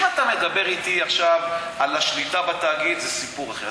דיברת על השליטה בתאגיד, זה סיפור אחר.